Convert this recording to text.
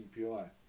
CPI